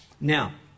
Now